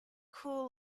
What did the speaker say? cool